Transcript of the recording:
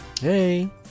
Hey